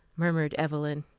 murmured evelyn.